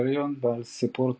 קריטריון על "סיפור טוקיו"